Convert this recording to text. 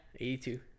82